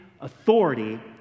authority